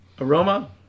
aroma